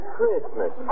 Christmas